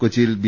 കൊച്ചിയിൽ ബി